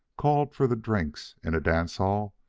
called for the drinks in a dancehall,